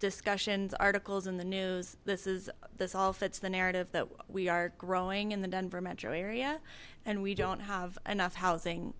discussions articles in the news this is this all fits the narrative that we are growing in the denver metro area and we don't have enough housing